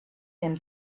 him